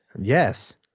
Yes